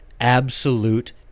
absolute